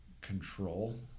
control